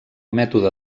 mètode